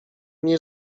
nie